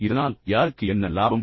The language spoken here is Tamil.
இதனால் யாருக்கு என்ன லாபம்